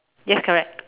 yes correct